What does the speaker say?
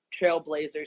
trailblazers